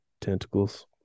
tentacles